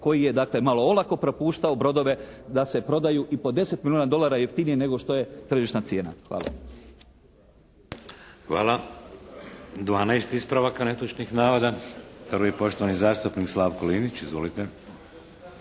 koji je dakle malo olako propuštao brodove da se prodaju i po 10 milijuna dolara jeftinije nego što je tržišna cijena. Hvala. **Šeks, Vladimir (HDZ)** Hvala. 12 ispravaka netočnih navoda. Prvi poštovani zastupnik Slavko Linić. Izvolite.